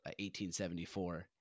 1874